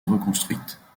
reconstruites